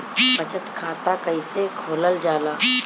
बचत खाता कइसे खोलल जाला?